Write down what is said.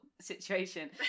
situation